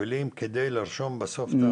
מחויב, והכסף יצא לרשויות והן מתוקצבות, הכסף שם.